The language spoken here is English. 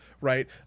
right